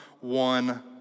one